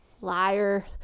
liar